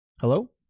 Hello